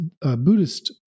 Buddhist